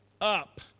Up